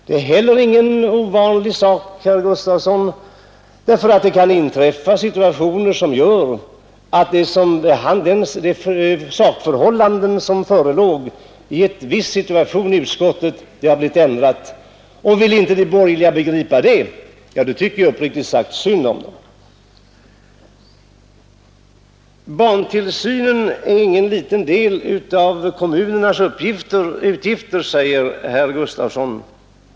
Det är heller ingen ovanlig sak, herr Gustavsson. Det kan inträffa situationer, som gör att de sakförhållanden som förelåg i en viss situation i utskottet har blivit ändrade. Vill inte de borgerliga begripa det, tycker jag uppriktigt sagt synd om dem. Barntillsynen är ingen liten del av kommunernas utgifter, säger herr Gustavsson.